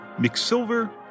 McSilver